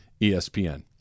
ESPN